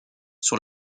sur